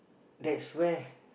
that's where